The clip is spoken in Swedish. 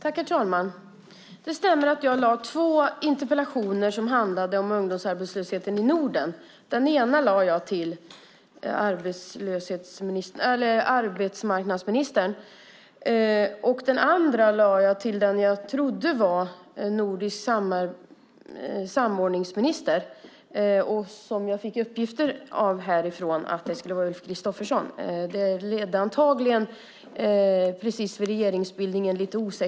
Herr talman! Det stämmer att jag ställt två interpellationer om ungdomsarbetslösheten i Norden - den ena till arbetsmarknadsministern och den andra till den jag trodde var nordisk samordningsminister. Jag fick uppgifter härifrån att det skulle vara Ulf Kristersson. Det rådde antagligen lite osäkerhet om det precis vid regeringsombildningen.